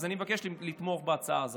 אז אני מבקש לתמוך בהצעה הזאת.